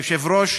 היושב-ראש,